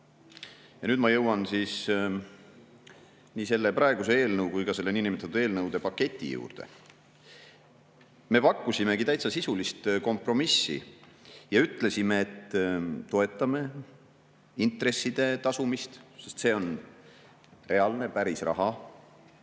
ma jõuan nii selle praeguse eelnõu kui ka selle niinimetatud eelnõude paketi juurde. Me pakkusime täitsa sisulist kompromissi ja ütlesime, et toetame intresside tasumist, sest see on reaalne, päris raha,